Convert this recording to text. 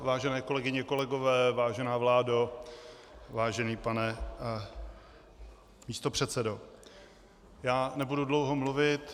Vážené kolegyně, kolegové, vážená vládo, vážený pane místopředsedo, já nebudu dlouho mluvit.